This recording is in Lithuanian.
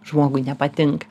žmogui nepatinka